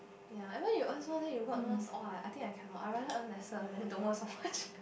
ya even if you earn so much then you work non stop !wah! I think I cannot I rather earn lesser then don't work so much